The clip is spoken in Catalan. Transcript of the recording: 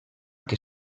que